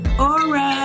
Aura